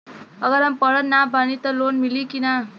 अगर हम पढ़ल ना बानी त लोन मिली कि ना?